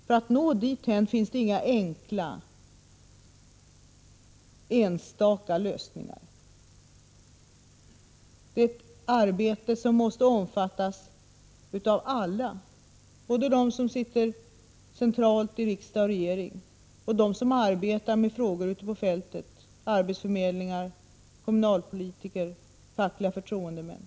För att nå dithän har vi inga enkla, enstaka lösningar, utan det behövs ett arbete som omfattas av alla, både dem som sitter centralt i riksdag och regering och dem som arbetar med frågorna ute på fältet, t.ex. arbetsförmedlare, kommunalpolitiker och fackliga förtroendemän.